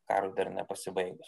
karui dar nepasibaigus